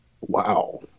Wow